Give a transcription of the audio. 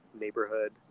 neighborhood